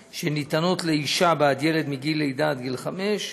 שניתנות לאישה בעד ילד מגיל לידה עד גיל חמש,